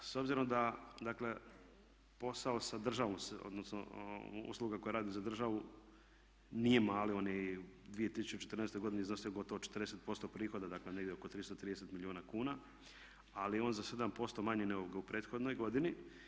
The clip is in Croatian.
S obzirom da dakle posao sa državom odnosno usluge koje radi za državu nije mali, on je u 2014. godini iznosio gotovo 40% prihoda, dakle negdje oko 330 milijuna kuna, ali je on za 7% manji nego u prethodnoj godini.